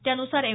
त्यानुसार एम